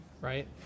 Right